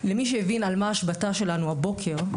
למי שהבין על מה ההשבתה שלנו הבוקר,